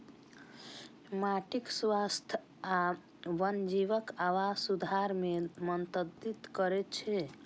माटिक स्वास्थ्य आ वन्यजीवक आवास सुधार मे मदति करै छै